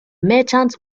merchant